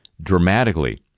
dramatically